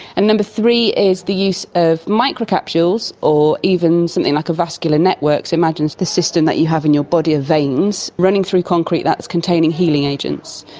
and number three is the use of microcapsules or even something like a vascular network. so imagine the system that you have in your body of veins running through concrete that is containing healing agents.